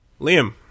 Liam